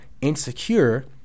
insecure